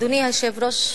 אדוני היושב-ראש,